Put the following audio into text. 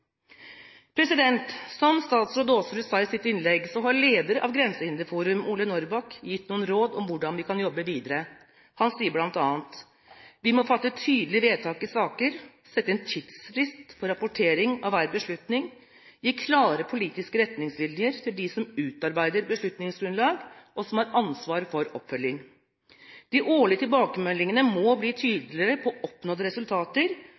Som statsråd Aasrud sa i sitt innlegg, har lederen av Grensehinderforum, Ole Norrback, gitt noen råd om hvordan vi kan jobbe videre. Han sier bl.a.: Vi må fatte tydelige vedtak i saker, sette en tidsfrist for rapportering av hver beslutning, gi klare politiske retningslinjer til de som utarbeider beslutningsgrunnlag og som har ansvaret for oppfølgning. De årlige tilbakemeldingene må bli tydeligere på oppnådde resultater,